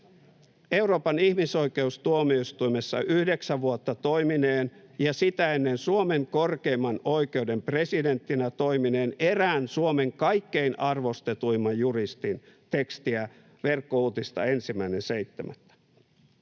Euroopan ihmisoikeustuomioistuimessa yhdeksän vuotta toimineen ja sitä ennen Suomen korkeimman oikeuden presidenttinä toimineen, erään Suomen kaikkein arvostetuimman juristin tekstiä Verkkouutisissa 1.7.